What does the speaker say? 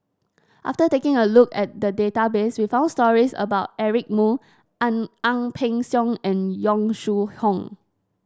after taking a look at the database we found stories about Eric Moo Ang Ang Peng Siong and Yong Shu Hoong